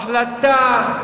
החלטה.